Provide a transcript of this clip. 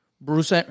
Bruce